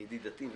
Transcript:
ידידתי,